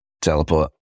Teleport